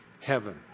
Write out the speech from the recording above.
heaven